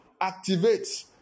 activate